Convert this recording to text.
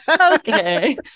okay